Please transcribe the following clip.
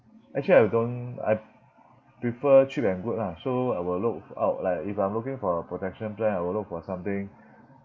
actually I don't I prefer cheap and good lah so I will look out like if I'm looking for a protection plan I will look for something